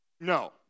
no